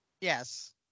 yes